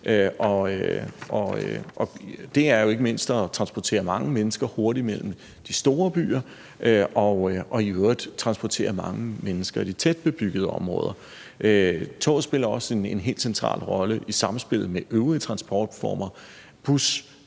Det er jo ikke mindst at transportere mange mennesker hurtigt mellem de store byer og i øvrigt transportere mange mennesker i de tæt bebyggede områder. Toget spiller også en helt central rolle i samspillet med øvrige transportformer